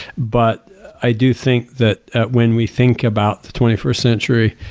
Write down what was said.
but i do think that when we think about the twenty first century,